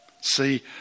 See